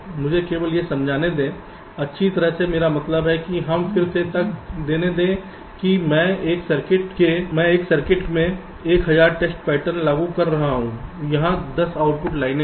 मुझे केवल यह समझाने दें अच्छी तरह से मेरा मतलब है कि हम फिर से तर्क दें ने दे कि मैं एक सर्किट में 1000 टेस्ट पैटर्न लागू कर रहा हूं यहां 10 आउटपुट लाइनें हैं